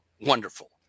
wonderful